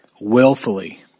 willfully